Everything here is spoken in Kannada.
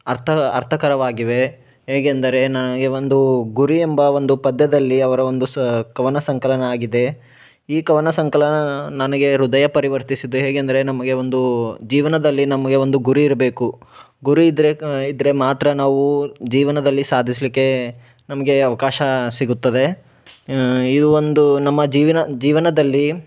ಅರ್ಥ ಅರ್ಥಕರವಾಗಿವೆ ಹೇಗೆಂದರೆ ನಾನು ಈ ಒಂದು ಗುರಿ ಎಂಬ ಒಂದು ಪದ್ಯದಲ್ಲಿ ಅವರ ಒಂದು ಸು ಕವನ ಸಂಕಲನ ಆಗಿದೆ ಈ ಕವನ ಸಂಕಲನ ನನಗೆ ಹೃದಯ ಪರಿವರ್ತಿಸಿದ್ದು ಹೇಗೆಂದರೆ ನಮಗೆ ಒಂದು ಜೀವನದಲ್ಲಿ ನಮಗೆ ಒಂದು ಗುರಿ ಇರಬೇಕು ಗುರಿ ಇದ್ದರೆ ಇದ್ದರೆ ಮಾತ್ರ ನಾವು ಜೀವನದಲ್ಲಿ ಸಾಧಿಸಲಿಕ್ಕೆ ನಮಗೆ ಅವಕಾಶ ಸಿಗುತ್ತದೆ ಇದು ಒಂದು ನಮ್ಮ ಜೀವನ ಜೀವನದಲ್ಲಿ